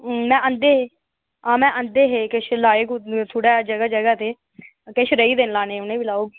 में आंदे हे में आंदे हे किश लाए जगह जगह ते किश रेही गेदे न लानै गी उनेंगी बी लाई ओड़गी